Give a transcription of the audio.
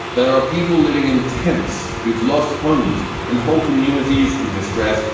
there are people living in tents who've lost homes and whole communities in distress.